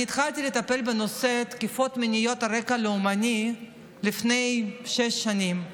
אני התחלתי לטפל בנושא תקיפות מיניות על רקע לאומני לפני שש שנים,